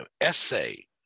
essay